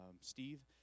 Steve